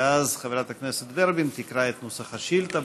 ואז חברת הכנסת ורבין תקרא את נוסח השאילתה.